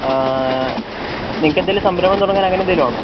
നിങ്ങൾക്ക് എന്തെങ്കിലും സംരംഭം തുടങ്ങാൻ അങ്ങനെ എന്തേലും ആണോ